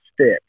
stick